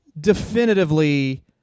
definitively